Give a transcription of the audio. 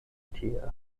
tie